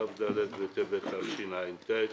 כ"ד בטבת תשע"ט.